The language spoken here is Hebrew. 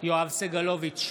יואב סגלוביץ'